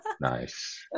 nice